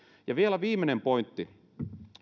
ja vielä viimeinen pointti